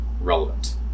relevant